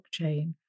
blockchain